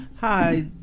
Hi